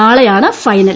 നാളെയാണ് ഫൈനൽ